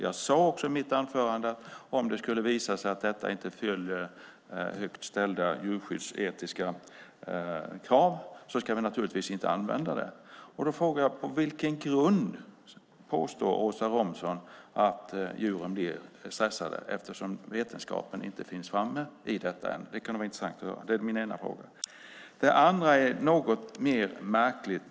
Jag sade i mitt anförande att om det skulle visa sig att detta inte följer högt ställda djurskyddsetiska krav ska vi naturligtvis inte använda det. Då frågar jag: På vilken grund påstår Åsa Romson att djuren blir stressade eftersom vetenskapen inte finns framme vid detta än? Det kunde vara intressant att veta. Det är min ena fråga. Det andra är något mer märkligt.